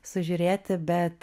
sužiūrėti bet